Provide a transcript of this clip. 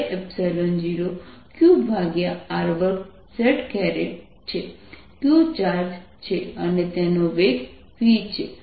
qr2 z છે q charge છે અને તેનો વેગ v છે